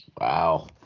Wow